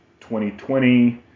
2020